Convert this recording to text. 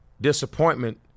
disappointment